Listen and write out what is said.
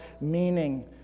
meaning